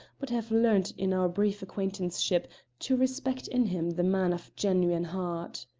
but have learned in our brief acquaintanceship to respect in him the man of genuine heart.